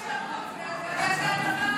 מה יש לו להתנגד?